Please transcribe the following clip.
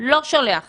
לא שולח נציג,